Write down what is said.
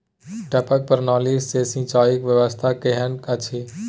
टपक प्रणाली से सिंचाई व्यवस्था केहन अछि?